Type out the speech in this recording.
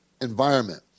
environment